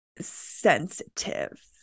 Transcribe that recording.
sensitive